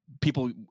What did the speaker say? people